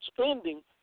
spending